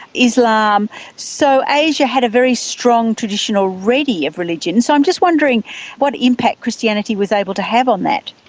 islam. so asia had a very strong tradition already of religion, so i'm just wondering what impact christianity was able to have on that.